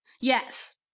yes